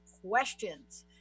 questions